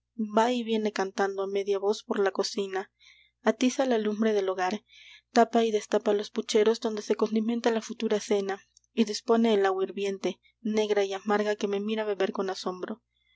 va y viene cantando á media voz por la cocina atiza la lumbre del hogar tapa y destapa los pucheros donde se condimenta la futura cena y dispone el agua hirviente negra y amarga que me mira beber con asombro